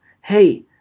Hey